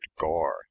Gore